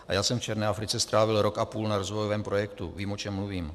A já jsem v černé Africe strávil rok a půl na rozvojovém projektu, vím, o čem mluvím.